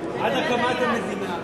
עד הקמת המדינה,